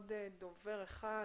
עוד דובר אחד,